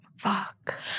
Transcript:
fuck